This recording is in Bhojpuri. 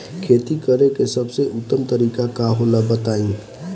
खेती करे के सबसे उत्तम तरीका का होला बताई?